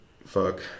fuck